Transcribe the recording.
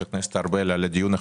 גם את חבר הכנסת ארבל על הדיון,